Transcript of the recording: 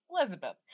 Elizabeth